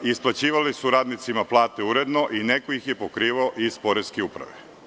Isplaćivali su radnicima uredno plate i neko ih je pokrivao iz poreske uprave.